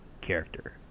character